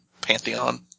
Pantheon